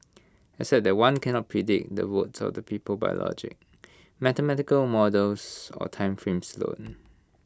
except that one cannot predict the votes of the people by logic mathematical models or time frames alone